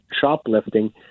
shoplifting